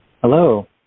Hello